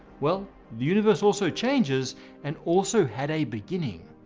well, the universe also changes and also had a beginning.